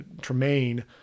Tremaine